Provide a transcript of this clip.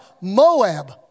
Moab